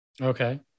Okay